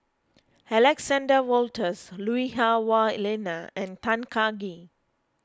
Alexander Wolters Lui Hah Wah Elena and Tan Kah Kee